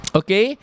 okay